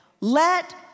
Let